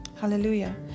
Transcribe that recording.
Hallelujah